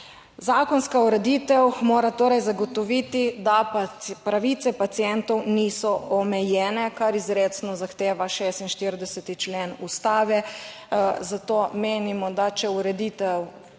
Zakonska ureditev mora torej zagotoviti, da pravice pacientov niso omejene, kar izrecno zahteva 46. člen Ustave, zato menimo, da če ureditev,